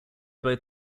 both